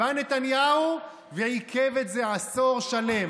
ובא נתניהו ועיכב את זה עשור שלם.